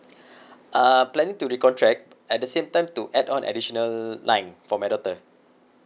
uh planning to recontract at the same time to add on additional line for my daughter